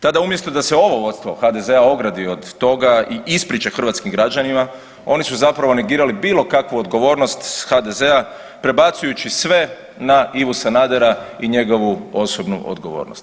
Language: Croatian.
Tada da se umjesto ovo vodstvo HDZ-a ogradi od toga i ispriča hrvatskim građanima oni su zapravo negirali bilo kakvu odgovornost HDZ-a prebacujući sve na Ivu Sanadera i njegovu osobnu odgovornost.